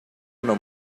uno